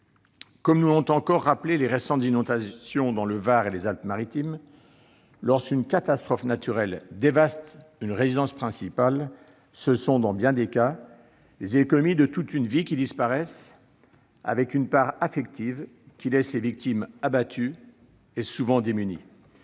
Comme nous l'ont encore rappelé les récentes inondations dans le Var et les Alpes-Maritimes, lorsqu'une catastrophe naturelle dévaste une résidence principale, ce sont, dans bien des cas, les économies de toute une vie qui disparaissent ; la dimension affective de la catastrophe n'est